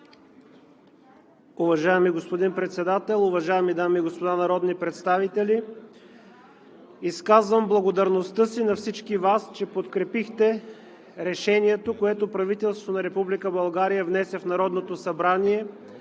Уважаеми господин Председател, уважаеми дами и господа народни представители! Изказвам благодарността си на всички Вас, че подкрепихте решението, което правителството на Република България внесе в Народното събрание,